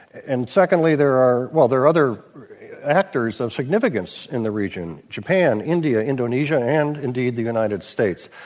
and secondly, there are well, there are other actors of significance in the region japan, india, indonesia, and indeed, the united states.